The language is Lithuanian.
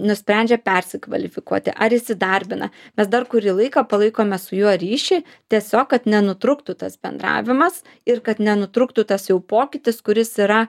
nusprendžia persikvalifikuoti ar įsidarbina mes dar kurį laiką palaikome su juo ryšį tiesiog kad nenutrūktų tas bendravimas ir kad nenutrūktų tas jau pokytis kuris yra